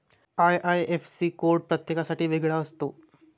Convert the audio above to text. IIFC code प्रत्येकासाठी वेगळा असतो